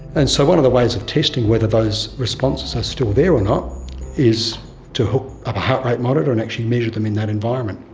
and so one of the ways of testing whether those responses are still there or not is to hook up a heart rate monitor and actually measure them in that environment.